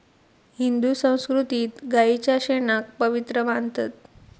हिंदू संस्कृतीत गायीच्या शेणाक पवित्र मानतत